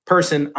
Person